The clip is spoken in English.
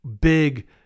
big